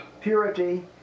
purity